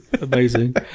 amazing